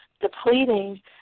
depleting